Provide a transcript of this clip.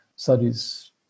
studies